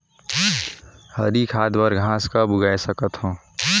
हरी खाद बर घास कब उगाय सकत हो?